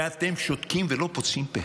ואתם שותקים ולא פוצים פה.